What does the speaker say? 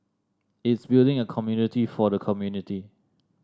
it's building a community for the community